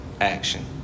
action